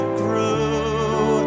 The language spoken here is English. grew